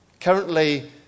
Currently